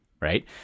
right